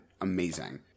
amazing